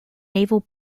naval